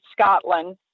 Scotland